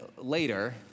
later